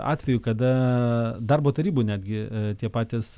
atvejų kada darbo tarybų netgi tie patys